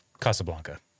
Casablanca